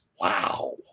wow